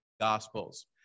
Gospels